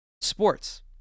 sports